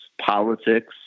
politics